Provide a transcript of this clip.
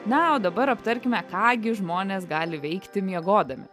na o dabar aptarkime ką gi žmonės gali veikti miegodami